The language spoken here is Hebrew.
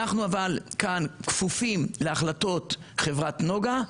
אבל אנחנו כאן כפופים להחלטות חברת נגה,